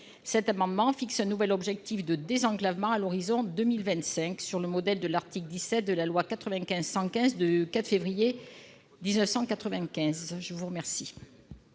Cet amendement fixe un nouvel objectif de désenclavement à l'horizon de 2025, sur le modèle de l'article 17 de la loi du 4 février 1995 d'orientation